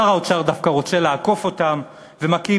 שר האוצר דווקא רוצה לעקוף אותם ומקים